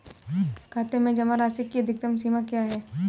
खाते में जमा राशि की अधिकतम सीमा क्या है?